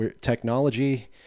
technology